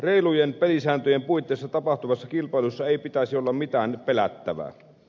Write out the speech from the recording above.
reilujen pelisääntöjen puitteissa tapahtuvassa kilpailussa ei pitäisi olla mitään pelättävää